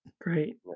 great